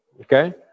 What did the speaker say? Okay